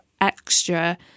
extra